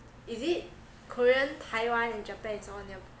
is it korean taiwan and japan it's all nearby